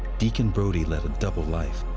deacon brodie lead a double life.